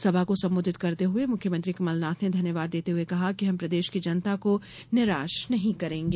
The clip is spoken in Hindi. सभा को संबोधित करते हुये मुख्यमंत्री कमलनाथ ने धन्यवाद देते हुये कहा कि हम प्रदेश की जनता को निराश नहीं करेंगे